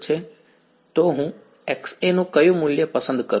તો હું Xa નું કયું મૂલ્ય પસંદ કરું